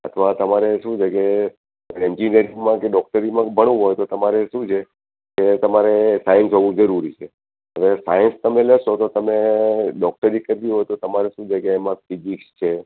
અથવા તમારે શું છે કે એંજિનીયરીંગમાં કે ડોકટરીમાં ભણવું હોય તો તમારે શું છે કે તમારે સાઈન્સ હોવું જરૂરી છે હવે સાઈન્સ તમે લેશો તો તમે ડૉક્ટરી કરવી હોય તો તમારે શું છે કે એમાં ફિઝીક્સ છે